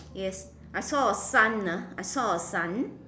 yes I saw a sun ah I saw a sun